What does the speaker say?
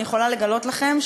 אני יכולה לגלות לכם,